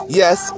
yes